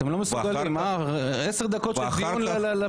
אתם לא מסוגלים להקדיש 10 דקות של הדיון על הפיגוע,